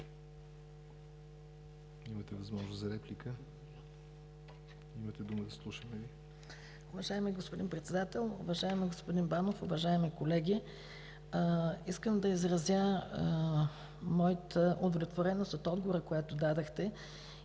имате възможност за реплика. ЕМИЛИЯ СТАНЕВА-МИЛКОВА (ГЕРБ): Уважаеми господин Председател, уважаеми господин Банов, уважаеми колеги! Искам да изразя моята удовлетвореност от отговора, който дадохте,